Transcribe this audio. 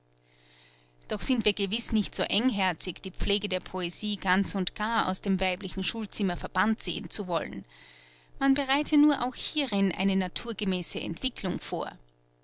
doch sind wir gewiß nicht so engherzig die pflege der poesie ganz und gar aus dem weiblichen schulzimmer verbannt sehen zu wollen man bereite nur auch hierin eine naturgemäße entwicklung vor